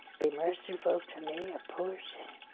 be merciful to me a poor sinner.